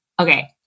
Okay